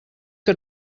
que